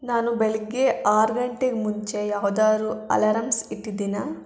ನಾನು ಬೆಳಗ್ಗೆ ಆರು ಗಂಟೆಗೆ ಮುಂಚೆ ಯಾವ್ದಾದ್ರು ಅಲಾರಮ್ಸ್ ಇಟ್ಟಿದ್ದೀನಾ